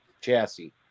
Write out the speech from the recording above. Chassis